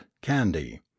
candy